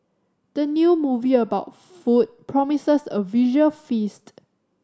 the new movie about food promises a visual feast